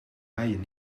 bijen